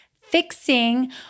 fixing